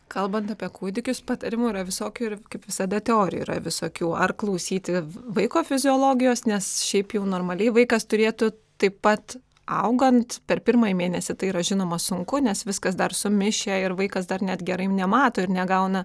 kalbant apie kūdikius patarimų yra visokių ir kaip visada teorijų yra visokių ar klausyti vaiko fiziologijos nes šiaip jau normaliai vaikas turėtų taip pat augant per pirmąjį mėnesį tai yra žinoma sunku nes viskas dar sumišę ir vaikas dar net gerai nemato ir negauna